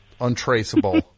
untraceable